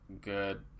good